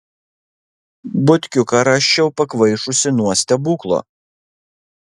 butkiuką rasčiau pakvaišusį nuo stebuklo